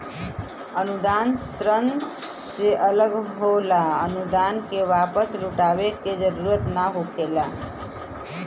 अनुदान ऋण से अलग होला अनुदान क वापस लउटाये क जरुरत ना होला